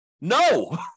No